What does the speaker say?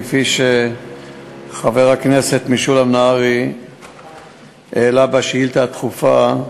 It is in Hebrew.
כפי שחבר הכנסת משולם נהרי העלה בשאילתה הדחופה,